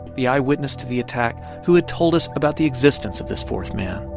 the eyewitness to the attack, who had told us about the existence of this fourth man